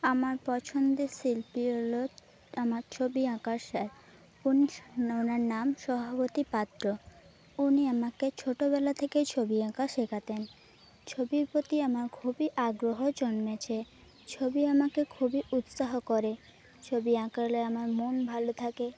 আমার পছন্দের শিল্পী হল আমার ছবি আঁকার স্যার উনার নাম সহবতী পাত্র উনি আমাকে ছোটোবেলা থেকে ছবি আঁকা শেখাতেন ছবির প্রতি আমার খুবই আগ্রহ জন্মেছে ছবি আমাকে খুবই উৎসাহ করে ছবি আঁকলে আমার মন ভালো থাকে